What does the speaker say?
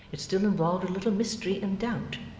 it still involved a little mystery and doubt,